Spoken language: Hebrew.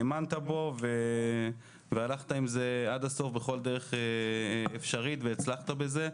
האמנת בו והלכת עם זה עד הסוף בכל דרך אפשרית והצלחת בזה.